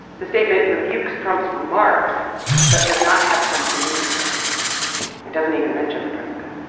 the statement rebukes trump's remarks but does not have trump's name in it and doesn't even mention the president